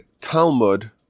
Talmud